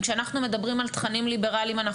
כשאנחנו מדברים על תכנים ליברלים אנחנו